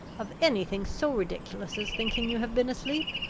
of anything so ridiculous as thinking you have been asleep!